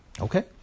Okay